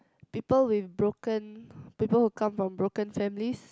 people with broken people who come from broken families